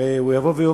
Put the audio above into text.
הרי הוא יאמר: